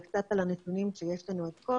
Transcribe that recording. וקצת על הנתונים שיש לנו עד כה.